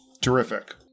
terrific